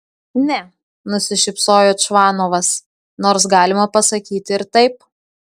ne nusišypsojo čvanovas nors galima pasakyti ir taip